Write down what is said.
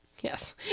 Yes